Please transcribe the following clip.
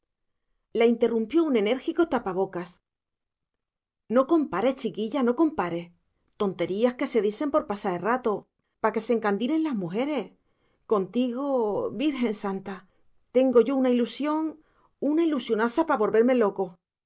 la interrumpió un enérgico tapabocas no compares chiquiya no compares tonterías que se disen por pasá el rato pa que se encandilen las mujeres contigo virgen santa tengo yo una ilusión una ilusionasa de volverme loco